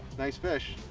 nice fish.